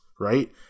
right